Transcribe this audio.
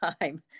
time